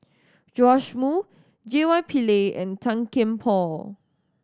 Joash Moo J Y Pillay and Tan Kian Por